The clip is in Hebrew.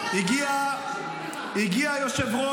אדוני השר,